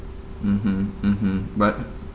mmhmm mmhmm but